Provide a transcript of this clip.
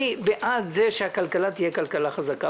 אני בעד זה שהכלכלה תהיה כלכלה חזקה.